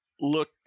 look